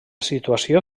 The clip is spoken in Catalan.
situació